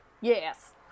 Yes